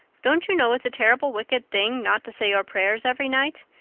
don't you know it's a terrible wicked thing not to say your prayers every night?